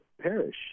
perish